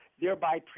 thereby